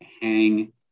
hang